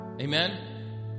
Amen